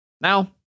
Now